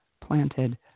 planted